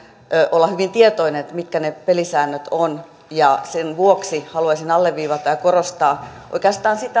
olla hyvin tietoinen siitä mitkä ne pelisäännöt ovat sen vuoksi haluaisin alleviivata ja korostaa oikeastaan sitä